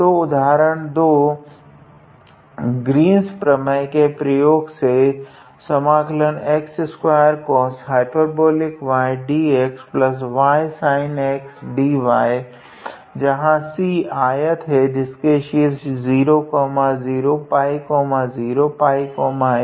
तो उदाहरण 2 ग्रीन्स प्रमेय के पयोग से जहाँ C आयत है किसके शीर्ष 00𝜋0𝜋1 01 है